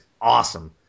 awesome